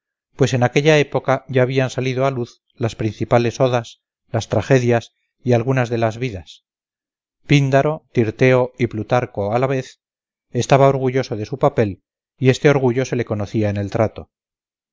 pues en aquella época ya habían salido a luz las principales odas las tragedias y algunas de las vidas píndaro tirteo y plutarco a la vez estaba orgulloso de su papel y este orgullo se le conocía en el trato